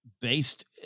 based